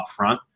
upfront